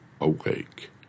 awake